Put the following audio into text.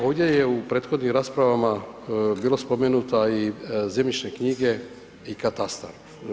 Ovdje je u prethodnim rasprava bilo spomenuta i zemljišne knjige i katastar.